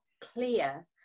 clear